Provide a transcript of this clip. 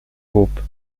groupe